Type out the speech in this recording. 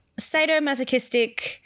sadomasochistic